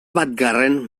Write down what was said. batgarren